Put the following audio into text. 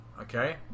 Okay